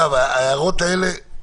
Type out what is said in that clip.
ההערות האלה,